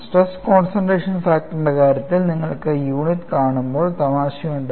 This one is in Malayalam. സ്ട്രെസ് കോൺസൺട്രേഷൻ ഫാക്ടറിന്റെ കാര്യത്തിൽ നിങ്ങൾക്ക് യൂണിറ്റ് കാണുമ്പോൾ തമാശ ഉണ്ട്